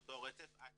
אותו רצף עד